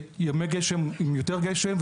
וימי גשם עם יותר גשם,